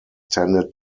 tended